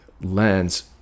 lens